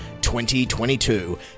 2022